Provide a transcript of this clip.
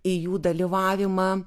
į jų dalyvavimą